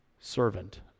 Servant